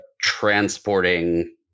transporting